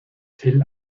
tel